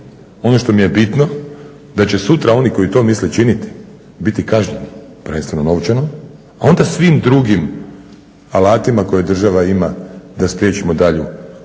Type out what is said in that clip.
Ono što mi je bitno da će sutra oni koji to misle činiti biti kažnjeni, prvenstveno novčano, a onda svim drugim alatima koje država ima da spriječimo daljnju